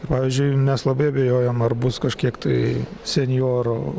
pavyzdžiui mes labai abejojom ar bus kažkiek tai senjorų